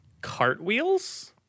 Cartwheels